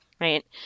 right